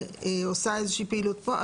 עושה איזה שהיא פעילות פה.